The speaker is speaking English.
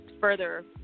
further